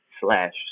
slash